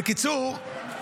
בקיצור,